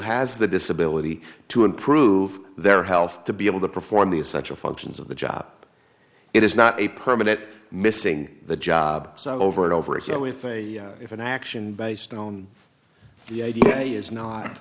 has the disability to improve their health to be able to perform the essential functions of the job it is not a permit missing the job over and over again with if an action based on the idea is not